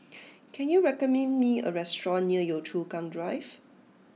can you recommend me a restaurant near Yio Chu Kang Drive